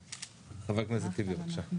חבר הכנסת טיבי, בבקשה.